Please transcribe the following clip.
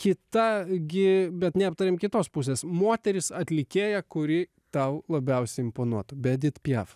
kita gi bet neaptarėm kitos pusės moteris atlikėja kuri tau labiausia imponuotų be edit piaf